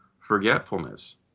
forgetfulness